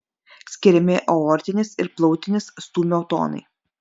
skiriami aortinis ir plautinis stūmio tonai